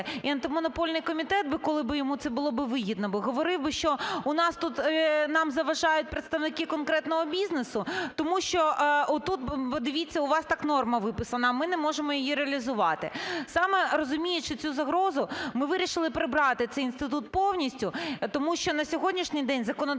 і Антимонопольний комітет, коли би йому це було би вигідно, говорив би, що у нас тут нам заважають представники конкретного бізнесу, тому що отут подивіться, у вас так норма виписана, а ми не можемо її реалізувати. Саме розуміючи цю загрозу, ми вирішили прибрати цей інститут повністю, тому що на сьогоднішній день законодавчо